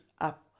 up